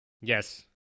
Yes